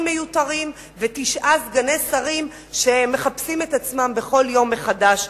מיותרים ותשעה סגני שרים שמחפשים את עצמם בכל יום מחדש.